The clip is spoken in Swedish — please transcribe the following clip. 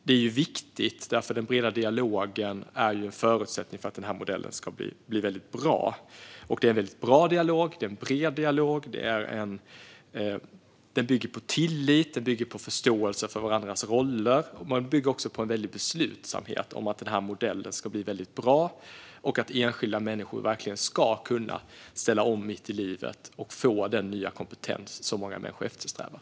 Det här är viktigt, eftersom den breda dialogen är en förutsättning för att modellen ska bli bra. Det är en bra, bred dialog som bygger på tillit, förståelse för varandras roller och en väldig beslutsamhet om att modellen ska bli riktigt bra och att enskilda människor verkligen ska kunna ställa om mitt i livet och få den nya kompetens som många eftersträvar.